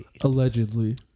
allegedly